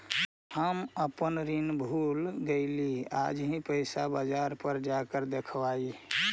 हम अपन ऋण भूल गईली आज ही पैसा बाजार पर जाकर देखवई